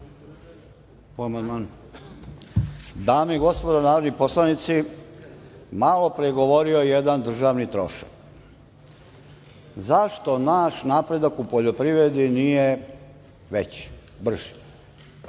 i gospodo narodni poslanici, malopre je govorio jedan državni trošak. Zašto naš napredak u poljoprivredi nije veći, brži?